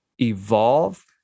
evolve